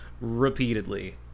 repeatedly